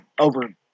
over